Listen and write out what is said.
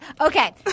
Okay